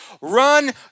Run